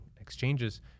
exchanges